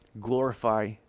glorify